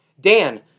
Dan